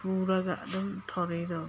ꯄꯨꯔꯒ ꯑꯗꯨꯝ ꯊꯧꯔꯤꯗꯣ